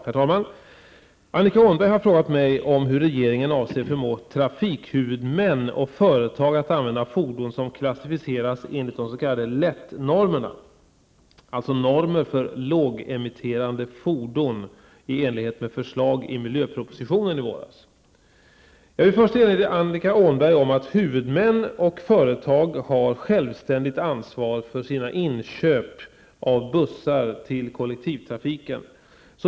Herr talman! Annika Åhnberg har frågat mig om hur regeringen avser förmå trafikhuvudmän och företag att använda fordon som klassificeras enligt de s.k. LETT-normerna -- alltså normer för lågemitterande fordon, i enlighet med förslag i miljöpropositionen i våras. Jag vill först erinra Annika Åhnberg om att huvudmän och företag har självständigt ansvar för sina inköp av bussar till kollektivtrafiken.